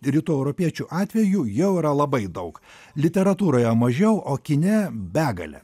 rytų europiečių atveju jau yra labai daug literatūroje mažiau o kine begalė